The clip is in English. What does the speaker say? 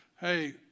hey